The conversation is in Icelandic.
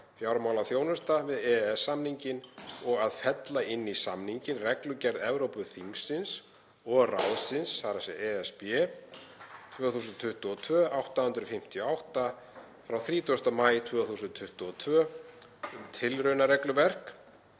(fjármálaþjónusta) við EES-samninginn og að fella inn í samninginn reglugerð Evrópuþingsins og ráðsins (ESB) 2022/858 frá 30. maí 2022, um tilraunaregluverk